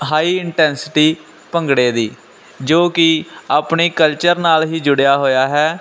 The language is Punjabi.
ਹਾਈ ਇੰਟੈਸਟੀ ਭੰਗੜੇ ਦੀ ਜੋ ਕਿ ਆਪਣੇ ਕਲਚਰ ਨਾਲ ਹੀ ਜੁੜਿਆ ਹੋਇਆ ਹੈ